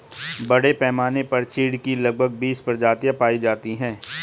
बड़े पैमाने पर चीढ की लगभग बीस प्रजातियां पाई जाती है